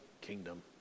kingdom